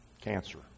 cancer